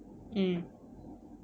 mm